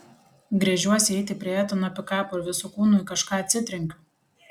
gręžiuosi eiti prie etano pikapo ir visu kūnu į kažką atsitrenkiu